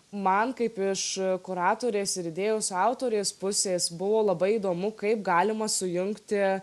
man kaip iš kuratorės ir idėjos autorės pusės buvo labai įdomu kaip galima sujungti